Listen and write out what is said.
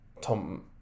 Tom